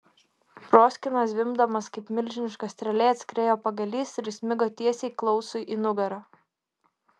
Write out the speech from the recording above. proskyna zvimbdamas kaip milžiniška strėlė atskriejo pagalys ir įsmigo tiesiai klausui į nugarą